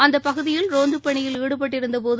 அந்த பகுதியில் ரோந்து பணியில் ஈடுபட்டிருந்தபோது